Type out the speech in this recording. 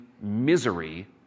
misery